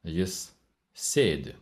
jis sėdi